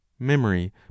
memory